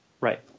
Right